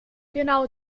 genau